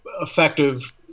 effective